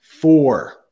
four